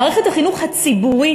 מערכת החינוך הציבורית